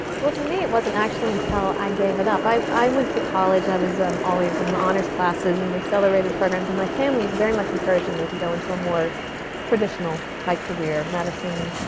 well, for me it wasn't actually until i gave it up. i i went to college, i was um always in the honors classes and the accelerated programs, and my family was very much encouraging me to go into a more traditional type career. medicine,